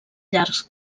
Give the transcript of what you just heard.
llargs